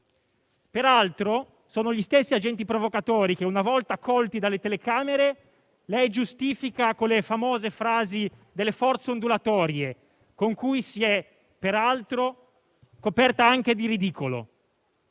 Peraltro, sono gli stessi agenti provocatori che, una volta colti dalle telecamere, lei giustifica con le famose frasi sulle «forze ondulatorie», con cui si è coperta anche di ridicolo.